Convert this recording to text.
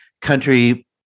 country